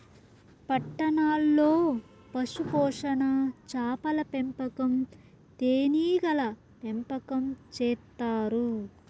పట్టణాల్లో పశుపోషణ, చాపల పెంపకం, తేనీగల పెంపకం చేత్తారు